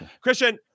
Christian